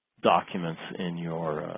documents in your